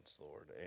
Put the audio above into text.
Lord